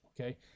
Okay